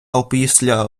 опісля